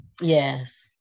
Yes